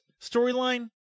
storyline